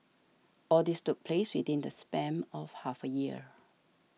all this took place within the span of half a year